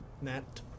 Nat